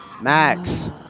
Max